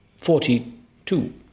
Forty-two